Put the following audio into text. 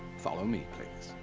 follow me, please